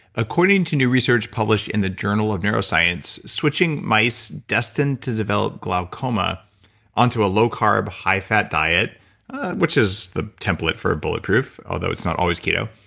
according to new research published in the journal of neuroscience, switching mice destined to develop glaucoma onto a low carb high fat diet which is the template for bulletproof although it's not always keto,